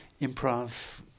improv